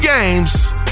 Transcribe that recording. games